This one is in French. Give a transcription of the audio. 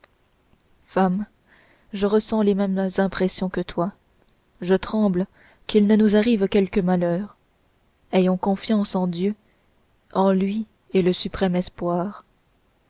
femme je ressens les mêmes impressions que toi je tremble qu'il ne nous arrive quelque malheur ayons confiance en dieu en lui est le suprême espoir